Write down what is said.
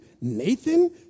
Nathan